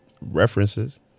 references